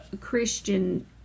Christian